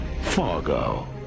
Fargo